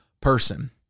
person